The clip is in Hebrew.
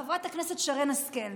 חברת הכנסת שרן השכל.